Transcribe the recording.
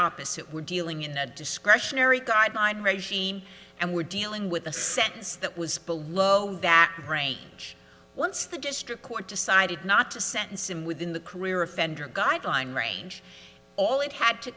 opposite we're dealing in a discretionary guideline regime and we're dealing with a sentence that was below that range once the district court decided not to sentence him within the career offender guideline range all it had to